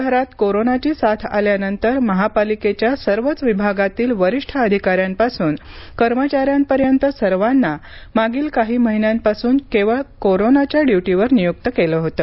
शहरात कोरोनाची साथ आल्यानंतर महापालिकेच्या सर्वच विभागातील अगदी वरिष्ठ अधिकाऱ्यांपासून शेवटच्या कर्मचाऱ्यांना मागील काही महिन्यांपासून केवळ कोरोनाच्या ड्युटीवर नियुक्त केले होते